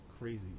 crazy